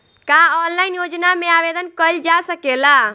का ऑनलाइन योजना में आवेदन कईल जा सकेला?